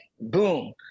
boom